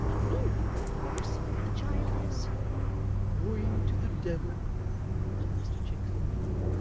meanwhile, of course, the child is going to the devil said mr chick, thoughtfully,